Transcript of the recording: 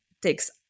takes